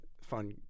fun